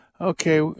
Okay